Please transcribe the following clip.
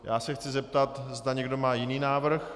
Já se chci zeptat, zda někdo má jiný návrh.